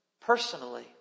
personally